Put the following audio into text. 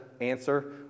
answer